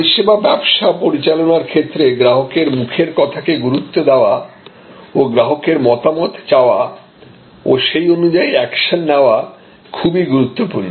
পরিষেবা ব্যবসা পরিচালনার ক্ষেত্রে গ্রাহকের মুখের কথাকে গুরুত্ব দেওয়া ও গ্রাহকের মতামত চাওয়া ও সেই অনুযায়ী অ্যাকশান নেওয়া খুবই গুরুত্বপূর্ণ